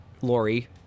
Lori